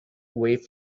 with